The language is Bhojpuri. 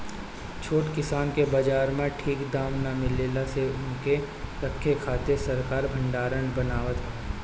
छोट किसान के बाजार में ठीक दाम ना मिलला से उनके रखे खातिर सरकार भडारण बनावत हवे